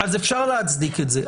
אז אפשר להצדיק את זה.